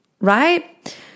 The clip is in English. right